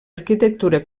arquitectura